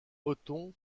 othon